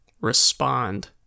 respond